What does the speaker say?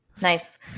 Nice